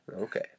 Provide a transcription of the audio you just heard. Okay